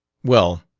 well,